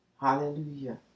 hallelujah